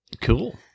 Cool